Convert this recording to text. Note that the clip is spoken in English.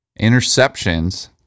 interceptions